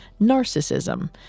narcissism